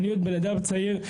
אני עוד אדם צעיר,